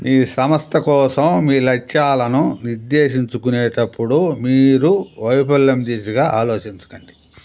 మీ సంస్థ కోసం మీ లక్ష్యాలను నిర్దేశించుకునేటప్పుడు మీరు వైఫల్యం దిశగా ఆలోచించకండి